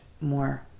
more